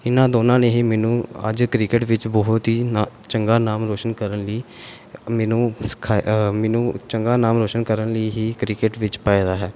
ਇਹਨਾਂ ਦੋਨਾਂ ਨੇ ਹੀ ਮੈਨੂੰ ਅੱਜ ਕ੍ਰਿਕਟ ਵਿੱਚ ਬਹੁਤ ਹੀ ਨਾ ਚੰਗਾ ਨਾਮ ਰੋਸ਼ਨ ਕਰਨ ਲਈ ਮੈਨੂੰ ਸਿਖਾਇਆ ਮੈਨੂੰ ਚੰਗਾ ਨਾਮ ਰੋਸ਼ਨ ਕਰਨ ਲਈ ਹੀ ਕ੍ਰਿਕਟ ਵਿੱਚ ਪਾਇਆ ਹੈ